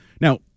Now